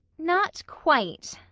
not quite,